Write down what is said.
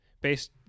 based